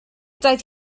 doedd